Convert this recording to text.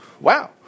Wow